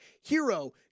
hero